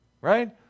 right